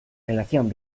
relación